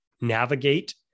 navigate